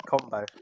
combo